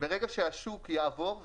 ברגע שהשוק יעבור,